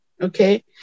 Okay